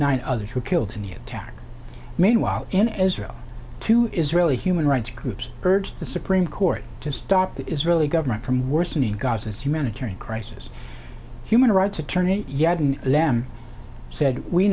nine others who killed a new tack meanwhile in israel two israeli human rights groups urged the supreme court to stop the israeli government from worsening gaza's humanitarian crisis human rights attorney yadin them said we